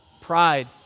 Pride